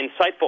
insightful